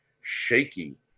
shaky